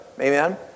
Amen